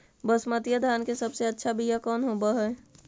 बसमतिया धान के सबसे अच्छा बीया कौन हौब हैं?